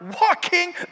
walking